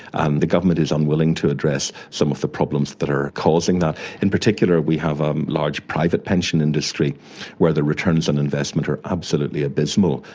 and the government is unwilling to address some of the problems that are causing that, in particular we have a large private pension industry where the returns on investment are absolutely abysmal.